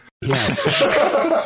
yes